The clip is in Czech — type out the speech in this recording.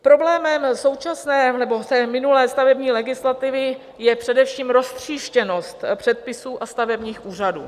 Problémem současné nebo té minulé stavební legislativy je především roztříštěnost předpisů a stavebních úřadů.